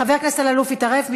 חבר הכנסת אלאלוף התערב.